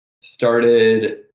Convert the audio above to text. started